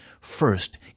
First